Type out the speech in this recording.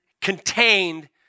contained